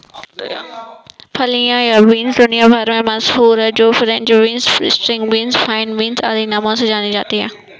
फलियां या बींस दुनिया भर में मशहूर है जो कि French beans, string beans, fine beans आदि नामों से जानी जाती है